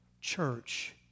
church